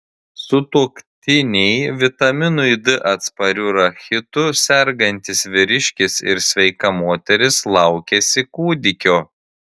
sutuoktiniai vitaminui d atspariu rachitu sergantis vyriškis ir sveika moteris laukiasi kūdikio